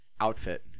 Outfit